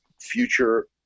future